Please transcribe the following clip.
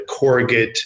corrugate